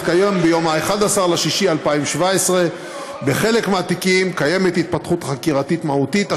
התקיים ב-11 ביוני 2017. בחלק מהתיקים יש התפתחות חקירתית מהותית,